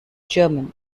german